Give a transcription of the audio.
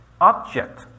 object